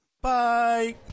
Bye